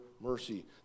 Mercy